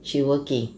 she working